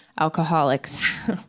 alcoholics